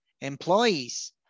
employees